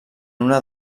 una